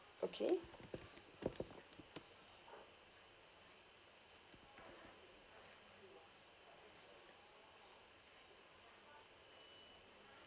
okay